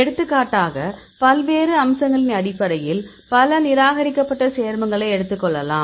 எடுத்துக்காட்டாக பல்வேறு அம்சங்களின் அடிப்படையில் பல நிராகரிக்கப்பட்ட சேர்மங்களைக் எடுத்துக்கொள்ளலாம்